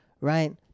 right